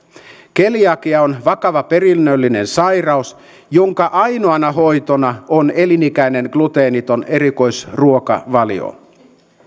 keliakia on vakava perinnöllinen sairaus jonka ainoana hoitona on elinikäinen gluteeniton erikoisruokavalio